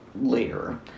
later